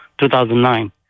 2009